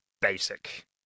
basic